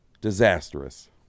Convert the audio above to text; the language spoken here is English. Disastrous